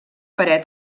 paret